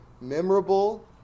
memorable